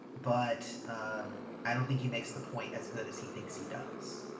but i don't think he makes the point as good as he thinks he does.